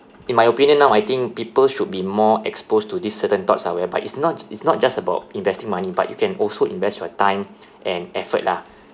in my opinion now I think people should be more exposed to this certain thoughts ah whereby it's not it's not just about investing money but you can also invest your time and effort lah